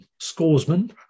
scoresman